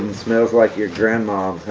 and smells like your grandmom's